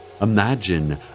imagine